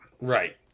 right